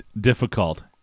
difficult